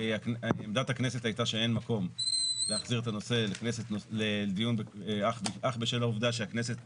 עמדת הכנסת הייתה שאין מקום להחזיר את הנושא לדיון אך בשל העובדה שהכנסת